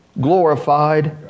Glorified